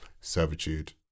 servitude